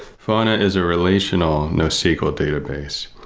fauna is a relational nosql database.